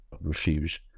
refuse